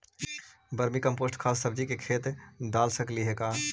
Vermi compost खाद सब्जी के खेत दाल सकली हे का?